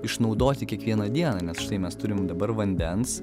išnaudoti kiekvieną dieną nes štai mes turim dabar vandens